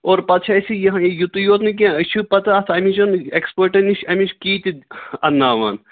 اور پَتہٕ اَسۍ یہِ یتُے یوت نہٕ کیٚنٛہہ أسۍ چھِ پَتہٕ اَتھ اَمِچن اٮ۪کٕسپٲٹَن نِش اَمِچ کی تہِ اَنناوان